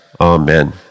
Amen